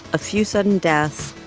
a few sudden deaths,